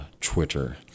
Twitter